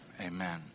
amen